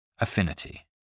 Affinity